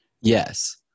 yes